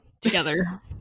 together